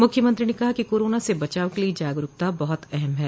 मुख्यमंत्री ने कहा कि कोरोना से बचाव के लिये जागरूकता बहुत अहम है